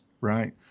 right